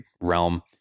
realm